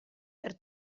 per